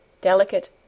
delicate